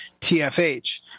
TFH